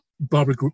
Barbara